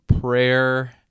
prayer